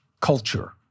culture